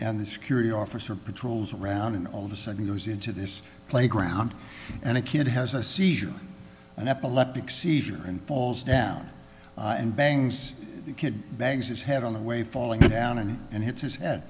and the security officer patrols around and all of a sudden goes into this playground and a kid has a seizure an epileptic seizure and falls down and bangs the kid bangs its head on the way falling down and and hits his head